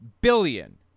billion